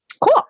Cool